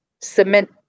cement